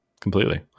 completely